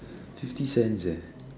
fifty cents eh